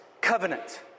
covenant